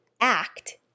act